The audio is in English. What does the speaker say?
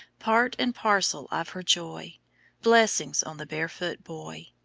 part and parcel of her joy blessings on the barefoot boy!